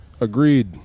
Agreed